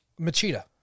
Machida